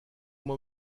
moi